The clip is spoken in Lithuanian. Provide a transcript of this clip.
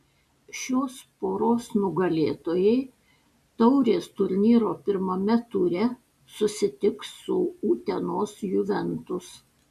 šios poros nugalėtojai taurės turnyro pirmame ture susitiks su utenos juventus